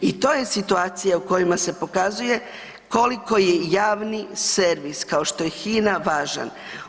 I to je situacija u kojima se pokazuje koliko je javni servis kao što je HINA važan.